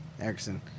Erickson